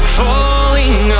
falling